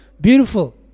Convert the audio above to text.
beautiful